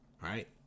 right